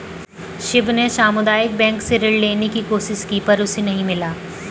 शिव ने सामुदायिक बैंक से ऋण लेने की कोशिश की पर उसे नही मिला